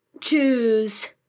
choose